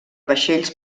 vaixells